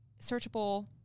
searchable